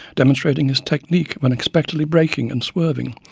demonstrating his technique of unexpectedly braking and swerving,